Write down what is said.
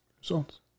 Results